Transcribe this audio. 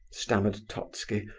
stammered totski,